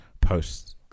posts